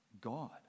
God